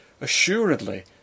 Assuredly